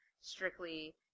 strictly